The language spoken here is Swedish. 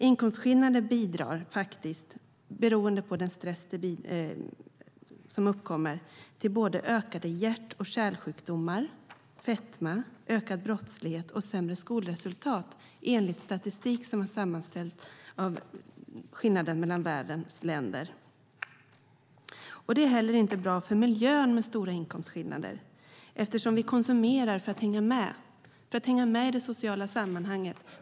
Inkomstskillnaderna bidrar, på grund av den stress de framkallar, till en ökning av hjärt och kärlsjukdomar, ökad fetma, ökad brottslighet och sämre skolresultat. Det visar statistik över skillnader mellan världens länder. Det är inte heller bra för miljön med stora inkomstskillnader eftersom vi konsumerar för att hänga med i det sociala sammanhanget.